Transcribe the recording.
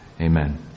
Amen